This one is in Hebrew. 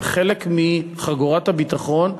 הם חלק מחגורת הביטחון.